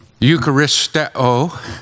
Eucharisteo